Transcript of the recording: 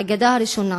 הנקודה הראשונה,